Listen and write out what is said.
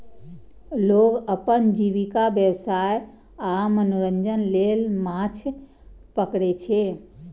लोग अपन जीविका, व्यवसाय आ मनोरंजन लेल माछ पकड़ै छै